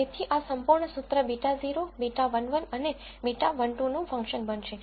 તેથી આ સંપૂર્ણ સુત્ર β0 β11 અને β12 નું ફંક્શન બનશે